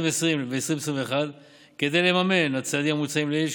ו-2021 כדי לממן את הצעדים המוצעים לעיל,